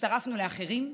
הצטרפנו לאחרים,